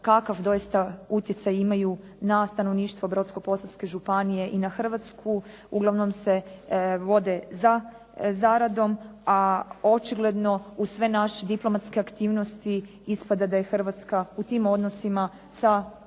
kakav doista utjecaj imaju na stanovništvo Brodsko-posavske županije i na Hrvatsku. Uglavnom se vode za zaradom a očigledno uz sve naše diplomatske aktivnosti ispada da je Hrvatska u tim odnosima sa Bosnom